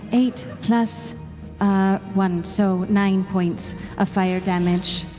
eight plus one so nine points of fire damage.